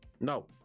No